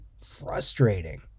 frustrating